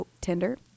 Tinder